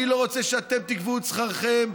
ואני לא רוצה שאתם תקבעו את שכרכם.